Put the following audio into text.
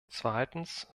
zweitens